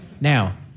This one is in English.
Now